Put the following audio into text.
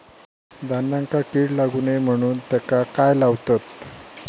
धान्यांका कीड लागू नये म्हणून त्याका काय लावतत?